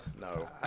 No